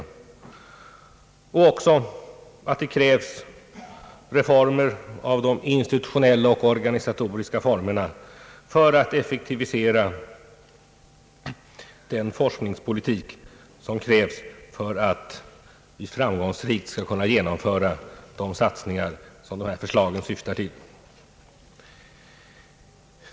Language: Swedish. Likaså tycks man på oppositionshåll hålla med om att det krävs reformer av de institutionella och organisatoriska formerna för att effektivisera den forskningspolitik som är nödvändig för att vi framgångsrikt skall kunna genomföra de satsningar som de här förslagen syftar till.